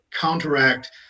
counteract